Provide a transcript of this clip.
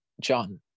John